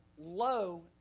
low